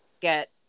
get